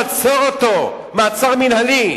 לעצור אותו מעצר מינהלי,